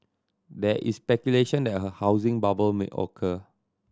there is speculation that a housing bubble may occur